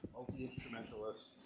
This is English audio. multi-instrumentalist,